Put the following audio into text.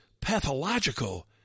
pathological